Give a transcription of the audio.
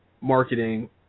marketing